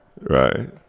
Right